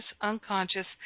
unconscious